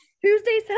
Tuesday